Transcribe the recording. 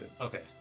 Okay